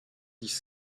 dix